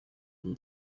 been